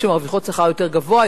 או מי שמרוויחות שכר יותר גבוה,